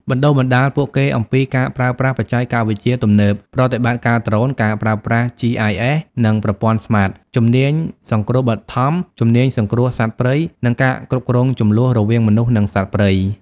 បណ្តុះបណ្តាលពួកគេអំពី ការប្រើប្រាស់បច្ចេកវិទ្យាទំនើប ប្រតិបត្តិការដ្រូន ការប្រើប្រាស់ GIS និងប្រព័ន្ធ SMART ជំនាញសង្គ្រោះបឋម ជំនាញសង្គ្រោះសត្វព្រៃ និង ការគ្រប់គ្រងជម្លោះ រវាងមនុស្ស និងសត្វព្រៃ។